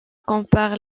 comparent